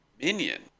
minion